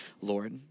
Lord